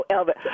Elvis